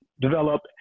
develop